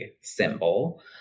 symbol